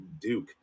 Duke